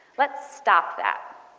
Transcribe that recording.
let's stop that.